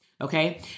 Okay